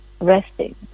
resting